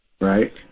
Right